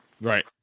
right